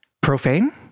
profane